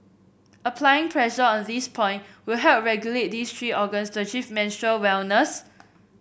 applying pressure on this point will help regulate these three organs to achieve menstrual wellness